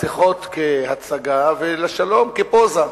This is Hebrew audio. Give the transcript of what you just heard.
לשיחות כלהצגה ולשלום כלפוזה.